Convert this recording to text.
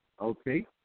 Okay